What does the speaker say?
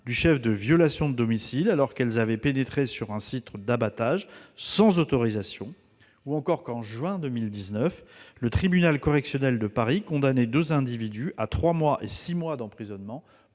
du chef de violation de domicile alors qu'elles avaient pénétré sur un site d'abattage sans autorisation ; en juin 2019, le tribunal correctionnel de Paris a condamné deux individus à trois mois et six mois d'emprisonnement